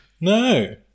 No